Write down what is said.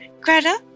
Greta